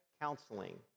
counseling